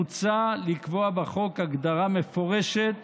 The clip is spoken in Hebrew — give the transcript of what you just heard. מוצע לקבוע בחוק הגדרה מפורשת